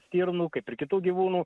stirnų kaip ir kitų gyvūnų